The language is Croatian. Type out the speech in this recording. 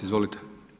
Izvolite.